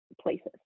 places